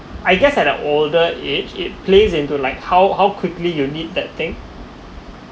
I guess at the older age it plays into like how how quickly you need that thing